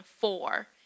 four